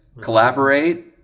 collaborate